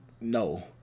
no